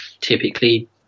typically